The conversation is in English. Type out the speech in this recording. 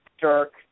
Dirk